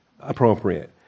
Appropriate